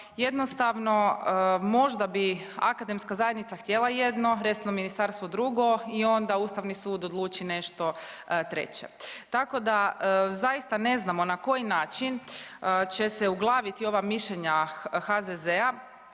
jednostavno možda bi akademska zajednica htjela jedno, resorno ministarstvo drugo i onda Ustavni sud odluči nešto treće. Tako da zaista ne znamo na koji način će se uglaviti ova mišljenja HZZ-a